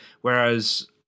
Whereas